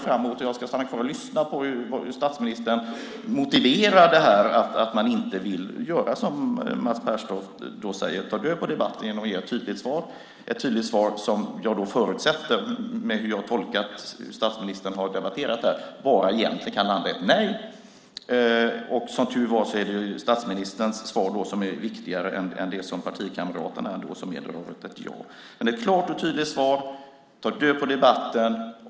Men jag ska stanna kvar och lyssna, och jag ser fram emot hur statsministern ska motivera att man inte vill göra som Mats Pertoft säger, nämligen att ta död på debatten genom att ge ett tydligt svar. Som jag har tolkat statsministern när han har debatterat här förutsätter jag att detta tydliga svar egentligen bara kan landa på ett nej. Och statsministerns svar är, som tur är, viktigare än partikamraternas, som har varit ett ja. Men ge ett klart och tydligt svar, och ta död på debatten!